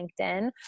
LinkedIn